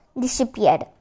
disappeared